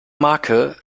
marke